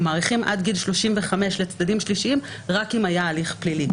מאריכים עד גיל 35 לצדדים שלישיים רק אם היה הליך פלילי.